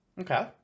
Okay